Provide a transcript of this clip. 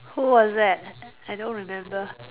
who was that I don't remember